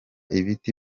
ibiti